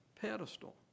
pedestal